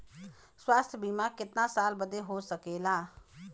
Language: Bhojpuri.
स्वास्थ्य बीमा कितना साल बदे हो सकेला?